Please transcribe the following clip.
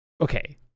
Okay